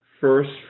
first